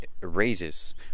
Raises